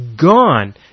gone